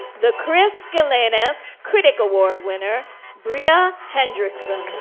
the chris gelinas critic award winner bria hendrickson.